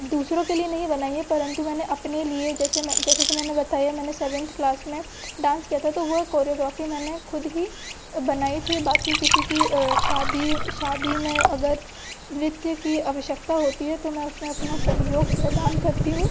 दूसरों के लिए नहीं बनाई है परंतु मैंने अपने लिए जैसे जैसे कि मैंने बताया मैंने सेवन्थ क्लास में डांस किया था तो वो कोरियोग्राेफी मैंने खुद ही बनाई थी बाकी किसी की शादी शादी में अगर नृत्य की आवश्यकता होती है तो मैं उसमें अपना सहयोग प्रदान करती हूँ